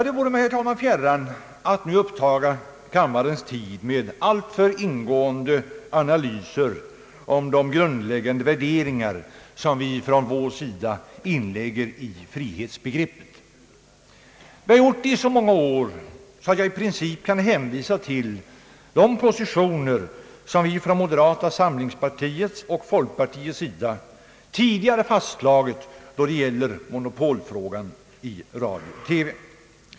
Det vore mig fjärran, herr talman, att nu upptaga kammarens tid med ingående analyser av de grundläggande värderingar som vi från vår sida inlägger i frihetsbegreppet. Jag har gjort det så många gånger att jag i princip kan hänvisa till de positioner som vi folkpartiets sida tidigare intagit då det gäller frågan om monopol i radio och TV.